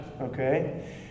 Okay